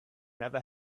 never